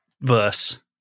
verse